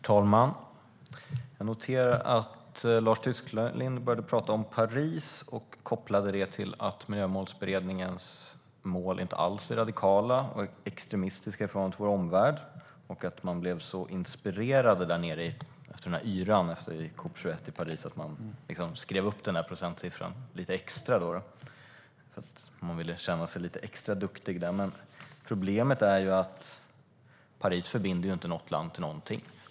Herr talman! Jag noterade att Lars Tysklind började prata om Paris och kopplade det till att Miljömålsberedningens mål inte alls är radikala och extrema i förhållande till vår omvärld. Man blev så inspirerad där nere, efter yran i COP 21 i Paris, att man skrev upp procentsiffran lite extra. Man ville känna sig lite extra duktig. Men problemet är att Parisavtalet inte förbinder något land till någonting.